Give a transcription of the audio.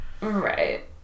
Right